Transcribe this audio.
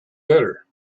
better